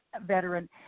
veteran